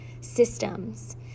systems